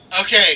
Okay